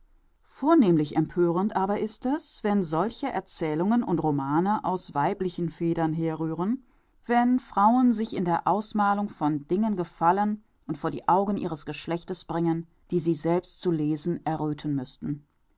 vornehmlich empörend aber ist es wenn solche erzählungen und romane aus weiblichen federn herrühren wenn frauen sich in der ausmalung von dingen gefallen und vor die augen ihres geschlechtes bringen die sie selbst zu lesen erröthen müßten